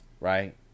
Right